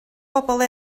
bobl